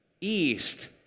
East